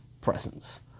presence